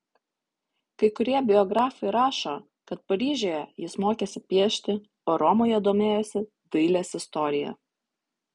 kai kurie biografai rašo kad paryžiuje jis mokėsi piešti o romoje domėjosi dailės istorija